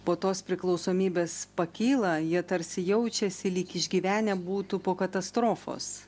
po tos priklausomybės pakyla jie tarsi jaučiasi lyg išgyvenę būtų po katastrofos